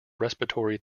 respiratory